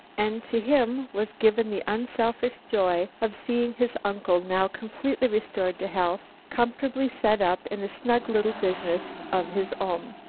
and to him was given the unselfish joy of seeing his uncle, now completely restored to health, comfortably set up in a snug little business of his own.